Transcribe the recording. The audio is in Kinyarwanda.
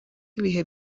ibihe